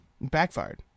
backfired